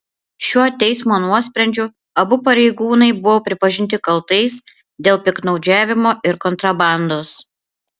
šiuo teismo nuosprendžiu abu pareigūnai buvo pripažinti kaltais dėl piktnaudžiavimo ir kontrabandos